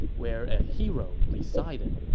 where a hero resided.